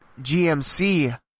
GMC